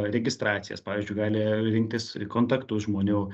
registracijas pavyzdžiui gali rinktis kontaktus žmonių